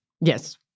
Yes